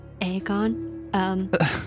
Aegon